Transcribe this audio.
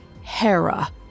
Hera